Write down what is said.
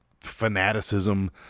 fanaticism